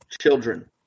Children